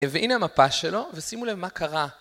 והנה המפה שלו, ושימו לב מה קרה.